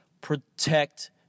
protect